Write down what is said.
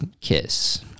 kiss